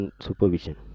supervision